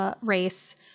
race